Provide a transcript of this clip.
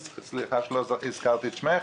כן, סליחה שלא הזכרתי את שמך.